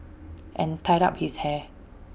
and tied up his hair